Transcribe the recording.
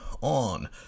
on